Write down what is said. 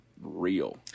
real